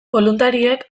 boluntarioek